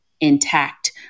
intact